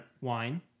Wine